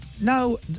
no